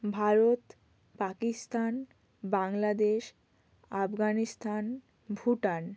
Bharat Pakistan Bangladesh Afghanistan Bhutan